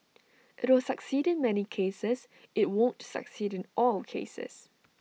IT will succeed in many cases IT won't succeed in all cases